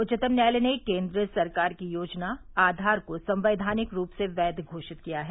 उच्चतम न्यायालय ने केन्द्र सरकार की योजना आधार को संवैधानिक रूप से वैध घोषित किया है